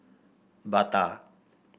Bata